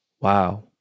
Wow